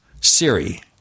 Siri